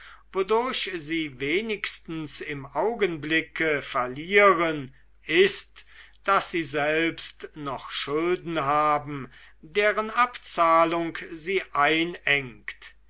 sie wenigstens im augenblicke verlieren ist daß sie selbst noch schulden haben deren abzahlung sie einengt